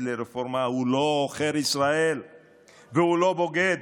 לרפורמה הוא לא עוכר ישראל והוא לא בוגד.